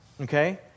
Okay